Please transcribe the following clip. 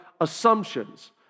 assumptions